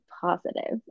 positive